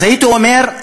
אז הייתי אומר,